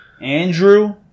Andrew